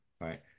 right